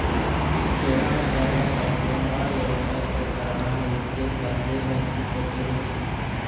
खेडामझारल्या बाईसले नवा यवसाय सुरु कराना व्हयी ते त्यासले माहिती कोठे भेटी?